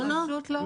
לא, לא.